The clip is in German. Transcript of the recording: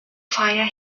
fire